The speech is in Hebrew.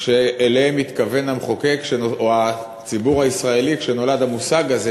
שאליהם התכוון המחוקק או הציבור הישראלי כשנולד המושג הזה,